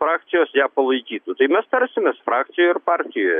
frakcijos ją palaikytų tai mes tarsimės frakcijoj ir partijoje